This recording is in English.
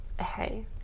Hey